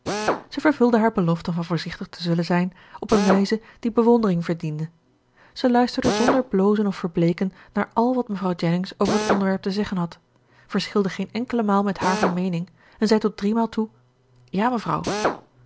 zij vervulde haar belofte van voorzichtig te zullen zijn op een wijze die bewondering verdiende zij luisterde zonder blozen of verbleeken naar al wat mevrouw jennings over het onderwerp te zeggen had verschilde geen enkele maal met haar van meening en zei tot driemaal toe ja mevrouw